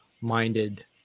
minded